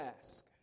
ask